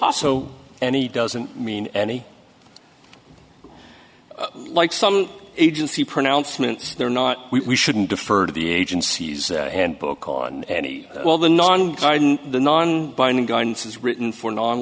also and he doesn't mean any like some agency pronouncements they're not we shouldn't defer to the agency's handbook on any well the non the non binding guidance is written for non